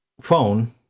phone